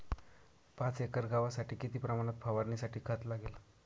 पाच एकर गव्हासाठी किती प्रमाणात फवारणीसाठी खत लागेल?